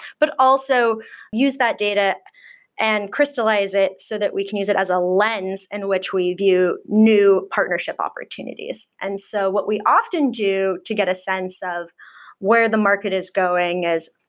but also use that data and crystallize it so that we can use it as a lens in which we view new partnership opportunities. and so what we often do to get a sense of where the market is going is,